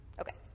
Okay